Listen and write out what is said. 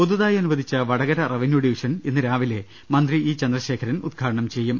പുതുതായി അനുവദിച്ച Vadakara revenue division ഇന്ന് രാവിലെ മന്ത്രി ഇ ചന്ദ്രശേഖരൻ ഉദ്ഘാടനം ചെയ്യും